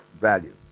value